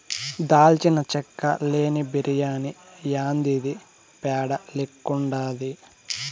దాల్చిన చెక్క లేని బిర్యాని యాందిది పేడ లెక్కుండాది